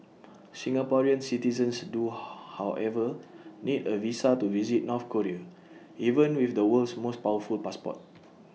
Singaporean citizens do however need A visa to visit North Korea even with the world's most powerful passport